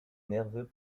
nerveux